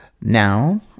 now